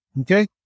Okay